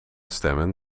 stemmen